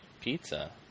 pizza